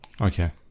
okay